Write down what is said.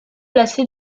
placé